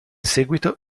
seguito